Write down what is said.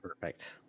perfect